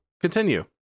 Continue